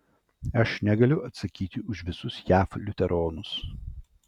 aš negaliu atsakyti už visus jav liuteronus